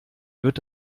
wird